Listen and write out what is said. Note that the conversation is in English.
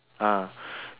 ah